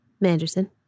Manderson